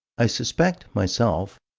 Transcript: i suspect, myself,